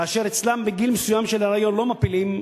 כאשר אצלם בגיל מסוים של היריון לא מפילים,